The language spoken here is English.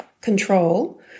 control